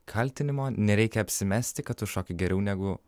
kaltinimo nereikia apsimesti kad tu šoki geriau negu